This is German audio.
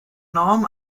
norm